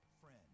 friend